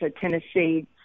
Tennessee